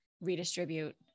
redistribute